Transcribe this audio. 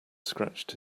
scratched